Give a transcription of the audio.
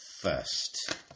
first